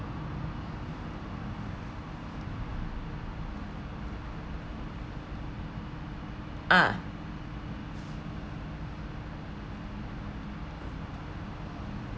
uh